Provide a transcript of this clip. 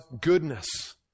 goodness